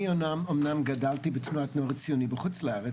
אמנם אני גדלתי בתנועת הנוער הציוני בחו"ל,